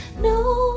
no